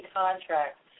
contracts